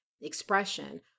expression